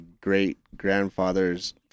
great-grandfather's